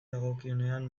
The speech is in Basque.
dagokionean